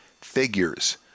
figures